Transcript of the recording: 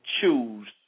choose